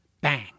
Bang